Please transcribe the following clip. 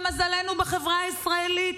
למזלנו, בחברה הישראלית.